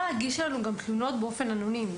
גם להגיש אלינו תלונות באופן אנונימי,